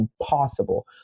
impossible